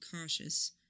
cautious